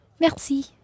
Merci